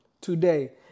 today